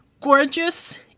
gorgeous